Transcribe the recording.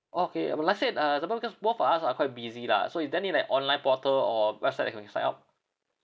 okay I would let's said uh some more because both of us are quite busy lah so is there any like online portal or website I can sign up